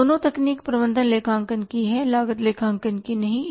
ये दोनों तकनीक प्रबंधन लेखांकन की हैं लागत लेखांकन की नहीं